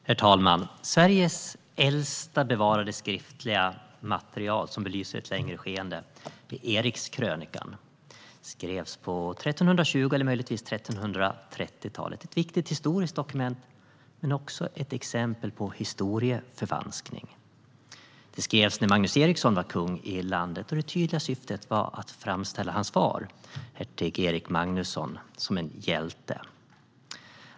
Herr talman! Sverige äldsta bevarade skriftliga material som belyser ett längre skeende är Erikskrönikan . Den skrevs på 1320 eller möjligtvis 1330-talet. Det är ett viktigt historiskt dokument, och det är också ett exempel på historieförfalskning. Den skrevs när Magnus Eriksson var kung i landet. Det tydliga syftet var att framställa hans far, hertig Erik Magnusson, som en hjälte.